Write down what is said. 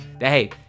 Hey